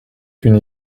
une